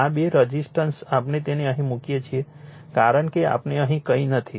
આ બે રઝિસ્ટન્સ આપણે તેને અહીં મૂકીએ છીએ કારણ કે આપણે અહીં કંઈ નથી